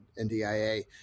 ndia